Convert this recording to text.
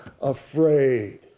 afraid